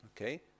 Okay